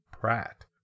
Pratt